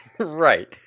Right